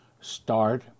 start